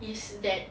is that